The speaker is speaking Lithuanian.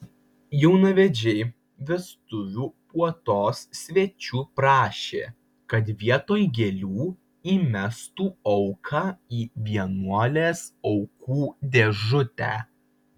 jaunavedžiai vestuvių puotos svečių prašė kad vietoj gėlių įmestų auką į vienuolės aukų dėžutę